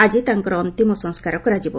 ଆଜି ତାଙ୍କର ଅନ୍ତିମ ସଂସ୍କାର କରାଯିବ